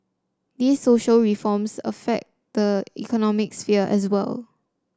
these social reforms affect the economic sphere as well